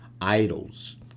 idols